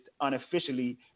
unofficially